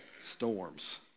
Storms